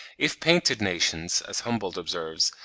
if painted nations, as humboldt observes,